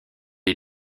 est